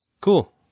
Cool